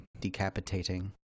Decapitating